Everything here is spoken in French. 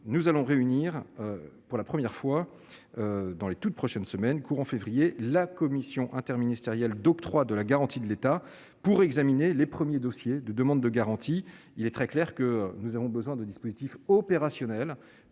nous allons réunir pour la première fois dans les toutes prochaines semaines, courant février, la Commission interministérielle d'octroi de la garantie de l'État pour examiner les premiers dossiers de demandes de garanties, il est très clair que nous avons besoin de dispositifs opérationnels